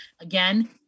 Again